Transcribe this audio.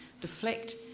deflect